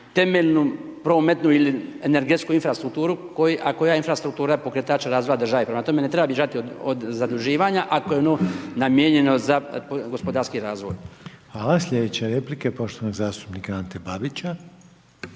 temeljnu prometnu ili energetsku infrastrukturu a koja je infrastruktura pokretač države prema tome ne treba bježati od zaduživanja ako je ono namijenjeno za gospodarski razvoj. **Reiner, Željko (HDZ)** Hvala. Slijedeća replika je poštovanog zastupnika Ante Babića.